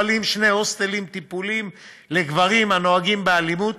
פועלים שני הוסטלים טיפוליים לגברים הנוהגים באלימות,